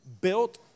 Built